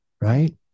right